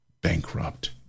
bankrupt